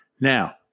Now